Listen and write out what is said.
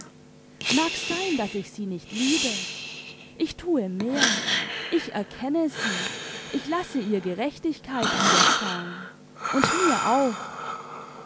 mag sein daß ich sie nicht liebe ich thue mehr ich erkenne sie ich lasse ihr gerechtigkeit widerfahren und mir auch